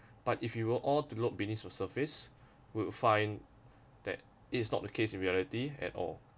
but if you will all to look beneath the surface we would find that it's not the case reality at all